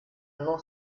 non